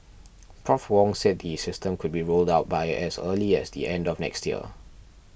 Prof Wong said the system could be rolled out by as early as the end of next year